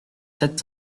sept